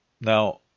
now